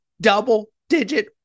double-digit